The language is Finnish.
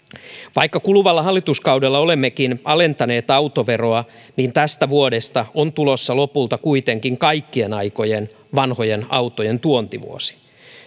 vaikka kuluvalla hallituskaudella olemmekin alentaneet autoveroa niin tästä vuodesta on tulossa lopulta kuitenkin kaikkien aikojen vanhojen autojen tuontivuosi